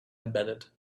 embedded